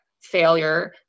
failure